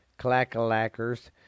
Clackalackers